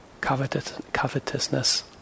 covetousness